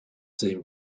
seem